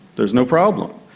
there is no problem.